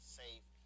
safe